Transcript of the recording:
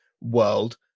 world